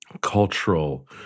cultural